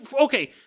okay